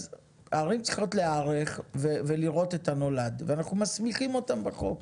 אז ערים צריכות להיערך ולראות את הנולד ואנחנו מסמיכים אותם בחוק